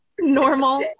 normal